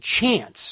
chance